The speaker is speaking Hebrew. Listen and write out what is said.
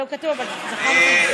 זה לא כתוב אבל זכרתי את זה,